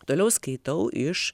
toliau skaitau iš